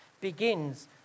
begins